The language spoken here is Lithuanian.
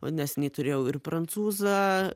vat neseniai turėjau ir prancūzą